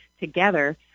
together